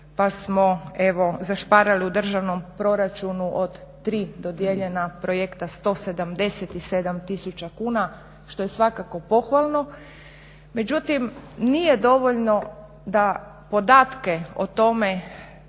pa smo evo zašparali u državnom proračunu od 3 dodijeljena projekta 177000 kuna što je svakako pohvalno. Međutim, nije dovoljno da podatke o tome